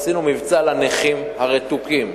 עשינו מבצע לנכים הרתוקים,